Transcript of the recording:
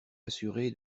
assuré